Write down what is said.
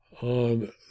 on